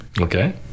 Okay